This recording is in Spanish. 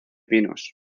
pinos